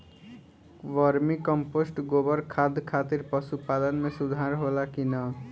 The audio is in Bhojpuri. वर्मी कंपोस्ट गोबर खाद खातिर पशु पालन में सुधार होला कि न?